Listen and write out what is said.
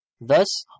Thus